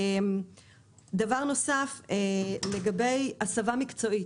דבר נוסף לגבי הסבה מקצועית